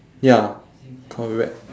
ya correct